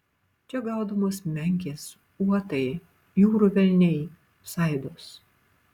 čia gaudomos menkės uotai jūrų velniai saidos